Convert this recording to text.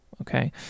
okay